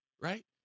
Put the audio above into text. right